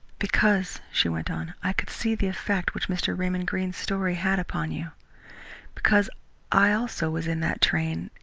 because, she went on, i could see the effect which mr. raymond greene's story had upon you because i, also, was in that train,